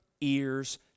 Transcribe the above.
ears